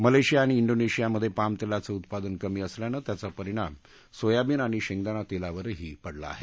Malaysia आणि इंडोनेशियामध्ये पामतेलाचे उत्पादन कमी झाल्यानं त्याचा परिणाम सोयाबीन आणि शेंगदाणा तेलावरही झाला आहे